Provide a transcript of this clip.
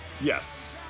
Yes